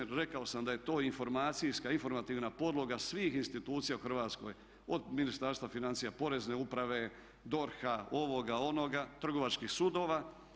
Jer rekao sam da je to informacijska, informativna podloga svih institucija u Hrvatskoj od Ministarstva financija, Porezne uprave, DORH-a, ovoga, onoga, trgovačkih sudova.